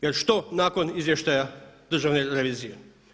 Jer što nakon Izvještaja Državne revizije?